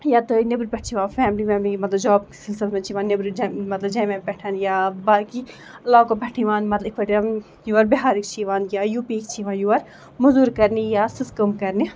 یا تہِ نیبرٕ پٮ۪ٹھ چھِ یِوان فیملی ویملی مطلب جاب سِلسِلس منٛز چھِ یِوان نیبرٕ پٮ۪ٹھ مطلب جیمہِ پٮ۪ٹھ یا باقٕے علاقو پٮ۪ٹھ یِوان مطلب یِتھ پٲٹھۍ یِم یور بِہارٕکۍ چھِ یِوان یا یوٗ پیِکۍ چھِ یِوان یور موٚزوٗرۍ کرنہِ یا سژٕ کٲم کرنہِ